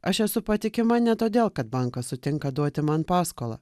aš esu patikima ne todėl kad bankas sutinka duoti man paskolą